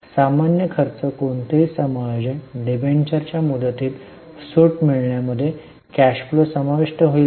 सामान्य खर्च कोणतेही समायोजन डिबेंचरच्या मुदतीत सूट मिळण्यामध्ये कॅश फ्लो समाविष्ट होईल का